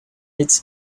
its